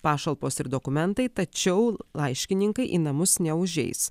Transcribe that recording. pašalpos ir dokumentai tačiau laiškininkai į namus neužeis